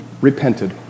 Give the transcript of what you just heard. repented